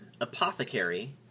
Apothecary